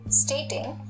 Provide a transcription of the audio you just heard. stating